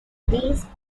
these